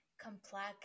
complex